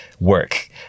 work